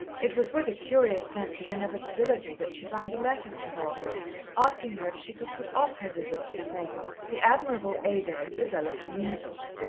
it was with a curious sense of inevitability that she found a letter from barbara asking her if she could put off her visit for the present. the admirable ada had developed measles.